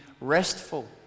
restful